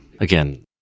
Again